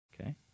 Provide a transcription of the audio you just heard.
Okay